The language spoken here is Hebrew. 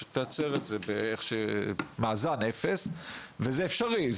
שתייצר את זה במאזן אפס וזה אפשרי,